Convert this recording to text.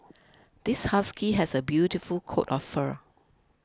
this husky has a beautiful coat of fur